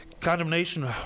Condemnation